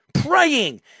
praying